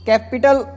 capital